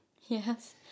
Yes